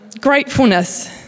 gratefulness